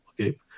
okay